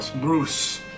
Bruce